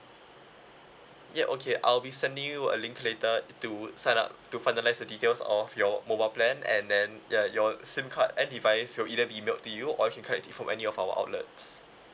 ya okay I'll be sending you a link later to sign up to finalise the details of your mobile plan and then ya your SIM card and device will either be mailed to you or you can collect it from any of our outlets